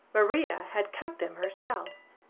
maria had cut them herself.